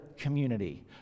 community